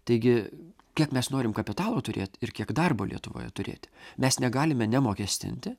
taigi kiek mes norim kapitalo turėt ir kiek darbo lietuvoje turėti mes negalime nemokestinti